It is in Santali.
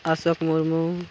ᱚᱥᱳᱠ ᱢᱩᱨᱢᱩ